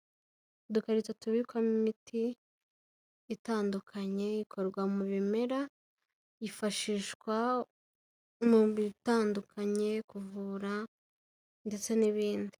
Udukarita tubikwamo imiti itandukanye ikorwa mu bimera, hifashishwa mu bitandukanye kuvura ndetse n'ibindi.